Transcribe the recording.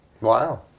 Wow